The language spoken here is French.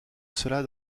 cela